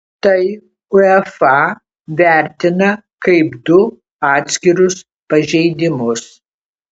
tai uefa vertina kaip du atskirus pažeidimus